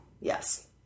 Yes